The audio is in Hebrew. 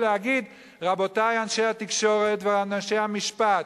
ולהגיד: רבותי אנשי התקשורת ואנשי המשפט,